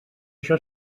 això